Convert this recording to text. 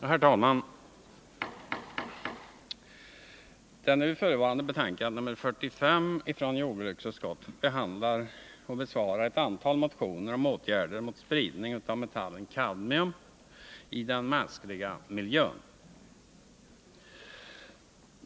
Herr talman! Det förevarande betänkandet nr 45 från jordbruksutskottet behandlar och besvarar ett antal motioner om åtgärder mot spridning av metallen kadmium i den mänskliga livsmiljön.